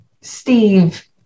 Steve